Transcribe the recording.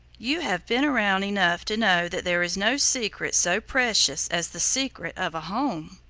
you have been around enough to know that there is no secret so precious as the secret of a home.